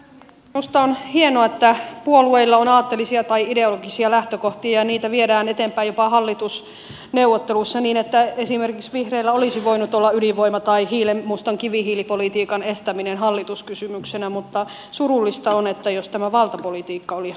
minusta on hienoa että puolueilla on aatteellisia tai ideologisia lähtökohtia ja niitä viedään eteenpäin jopa hallitusneuvotteluissa niin että esimerkiksi vihreillä olisi voinut olla ydinvoima tai hiilenmustan kivihiilipolitiikan estäminen hallituskysymyksenä mutta surullista on jos tämä valtapolitiikka oli hallituskysymyksenä